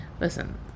listen